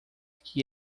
que